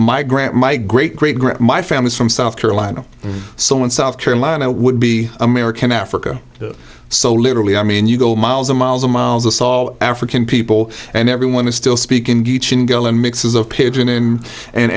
grant my great great great my family's from south carolina so in south carolina would be american africa so literally i mean you go miles and miles and miles of salt african people and everyone is still speak in